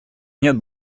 нет